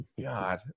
God